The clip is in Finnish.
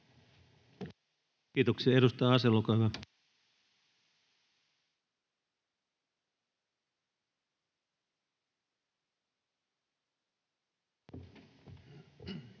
Kiitoksia. — Edustaja Asell, olkaa hyvä.